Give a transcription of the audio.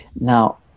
Now